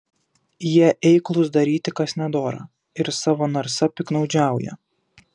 jie eiklūs daryti kas nedora ir savo narsa piktnaudžiauja